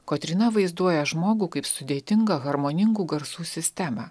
kotryna vaizduoja žmogų kaip sudėtingą harmoningų garsų sistemą